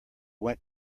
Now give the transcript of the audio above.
went